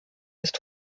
ist